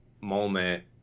moment